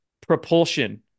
propulsion